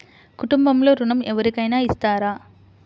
కుటుంబంలో ఋణం ఎవరికైనా ఇస్తారా?